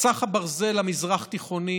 מסך הברזל המזרח-תיכוני